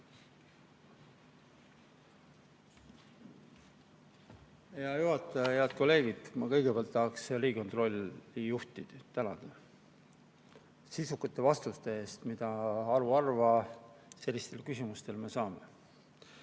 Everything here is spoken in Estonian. Hea juhataja! Head kolleegid! Ma kõigepealt tahaks Riigikontrolli juhti tänada sisukate vastuste eest, mida me haruharva sellistele küsimustele saame.